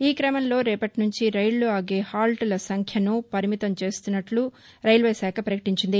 ఈ క్రమంలో రేపటి నుంచి రైళ్లు ఆగే హాల్టల సంఖ్యను పరిమితం చేస్తున్నట్లు రైల్వేశాఖ పకటించింది